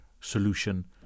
solution